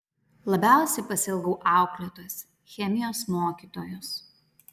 labiausiai pasiilgau auklėtojos chemijos mokytojos